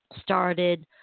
started